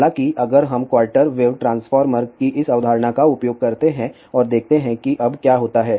हालांकि अगर हम क्वार्टर वेव ट्रांसफार्मर की इस अवधारणा का उपयोग करते हैं और देखते हैं कि अब क्या होता है